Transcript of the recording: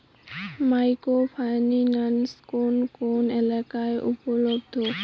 Micro finance কোন কোন এলাকায় উপলব্ধ?